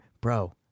Bro